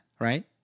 right